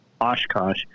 Oshkosh